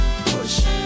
push